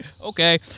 Okay